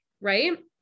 right